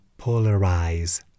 polarize